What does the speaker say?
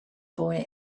boy